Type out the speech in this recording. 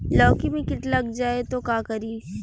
लौकी मे किट लग जाए तो का करी?